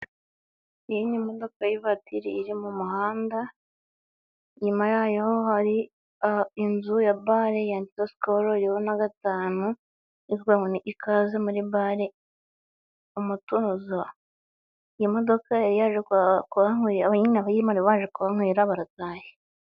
Iyi ni modoka y'ivatiri iri mu muhanda. Inyuma yayo hari inzu ya bare yanditseho sikoro iriho na gatanu. Bivuze ikaze muri bale Umutuzo. Iyi modoka nyine banyirayo bari baje muri bare kuhanywera barataye.